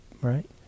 right